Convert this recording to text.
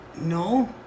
No